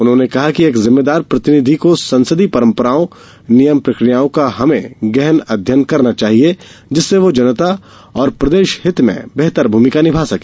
उन्होंने कहा कि एक जिम्मेदार प्रतिनिधि को संसदीय परंपराओं नियम प्रक्रियाओं का हमें गहन अध्ययन करना चाहिए जिससे वह जनता और प्रदेश हित में बेहतर भूमिका निभा सके